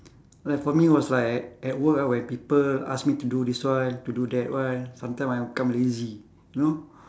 like for me was like at work ah when people ask me to do this one to do that one sometime I become lazy you know